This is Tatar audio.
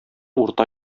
урта